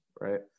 right